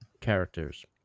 characters